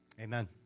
Amen